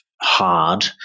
hard